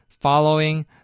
following